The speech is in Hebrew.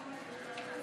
הכנסת)